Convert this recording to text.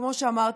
כמו שאמרתי,